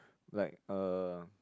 like uh